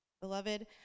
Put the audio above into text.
Beloved